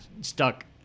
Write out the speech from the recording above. stuck